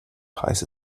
heiße